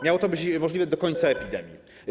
Miało to być możliwe do końca epidemii.